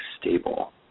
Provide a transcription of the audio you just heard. stable